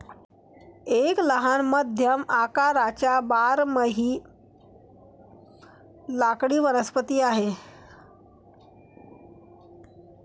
एक लहान मध्यम आकाराचा बारमाही लाकडी वनस्पती आहे